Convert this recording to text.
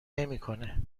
نمیکنه